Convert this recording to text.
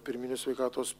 pirminės sveikatos